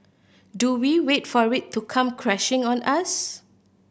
do we wait for it to come crashing on us